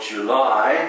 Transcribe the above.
July